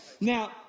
Now